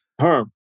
Herm